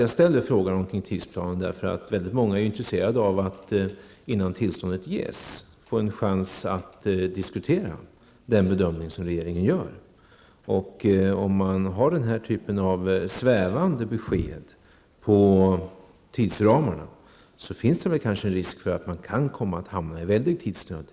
Jag ställer den här frågan om tidsplanen därför att många är intresserade av att få en chans att diskutera regeringens bedömning innan tillståndet ges. Ger man ett svävande besked när det gäller tidsramarna, finns det kanske en risk för att man i slutet kan komma att hamna i stor tidsnöd.